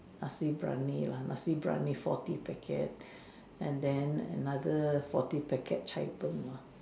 nasi-biryani lah nasi-biryani forty packet and then another forty packet cai-png lor